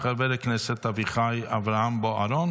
של חבר הכנסת אביחי אברהם בוארון